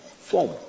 form